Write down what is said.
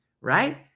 Right